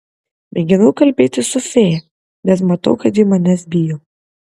mėginau kalbėtis su fėja bet matau kad ji manęs bijo